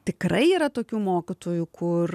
tikrai yra tokių mokytojų kur